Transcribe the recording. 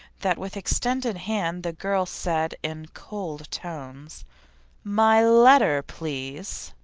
that with extended hand, the girl said in cold tones my letter, please!